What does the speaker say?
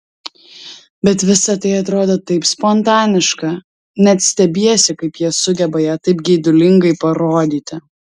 bet visa tai atrodo taip spontaniška net stebiesi kaip jie sugeba ją taip geidulingai parodyti